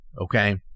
okay